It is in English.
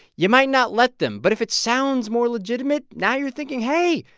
you might not let them. but if it sounds more legitimate, now you're thinking, hey,